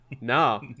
No